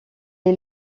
est